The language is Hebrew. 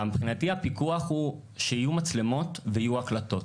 הפיקוח הוא שיהיו מצלמות ויהיו הקלטות.